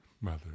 mother